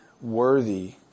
worthy